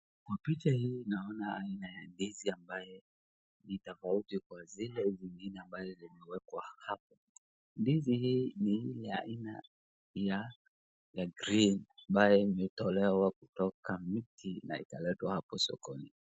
Picha hii naona aina ya ndizi ambayo ni tofauti na zile zingine ambazo zimewekwa hapo. Ndizi hii ni ile ya aina ya green ambayo imetolewa kutoka mti na ikaletwa hapo sokoni.